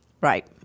Right